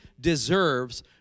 deserves